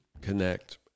connect